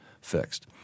fixed